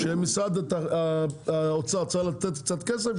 שמשרד האוצר צריך לתת קצת כסף,